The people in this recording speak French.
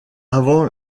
avant